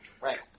Right